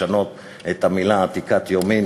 לשנות את המילה עתיקת היומין,